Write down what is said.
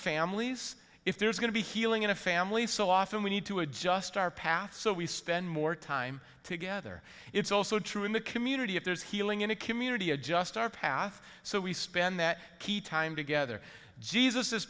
families if there's going to be healing in a family so often we need to adjust our paths so we spend more time together it's also true in the community if there's healing in a community adjust our path so we spend that key time together jesus is